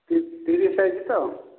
ତିରିଶ ସାଇଜ୍ ତ